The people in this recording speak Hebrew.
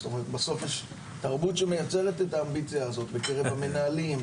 בסוף יש תרבות שמייצרת את האמביציה הזאת בקרב המנהלים,